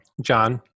John